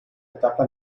etapa